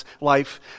life